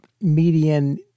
median